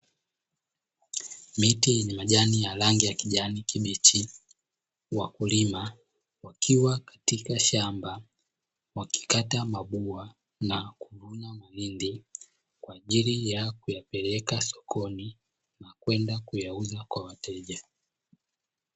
Miti lenye majani ya rangi ya kijani kibichi wakulima wakiwa katika shamba wakikata mabuwa na kuvuna mahindi kwa ajili ya kuyapeleka sokoni na kwenda kuyauza kwa wateja.